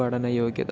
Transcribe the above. പഠന യോഗ്യത